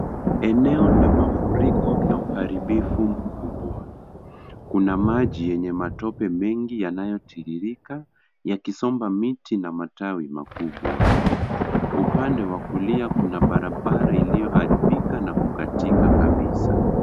Eneo la mafuriko na uharibifu mkubwa. Kuna maji yenye matope mengi yanayotiririka, yakisomba miti na matawi makubwa. Upande wa kulia kuna barabara iliyoharibika na kukatika kabisa.